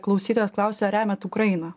klausytojas klausia ar remiat ukrainą